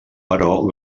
però